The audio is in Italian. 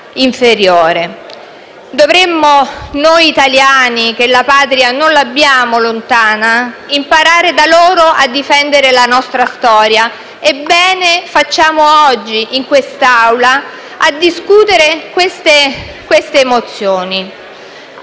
inferiore. Noi italiani, che la Patria non l'abbiamo lontana, dovremmo imparare da loro a difendere la nostra storia. E bene facciamo oggi in quest'Aula a discutere le mozioni